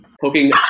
poking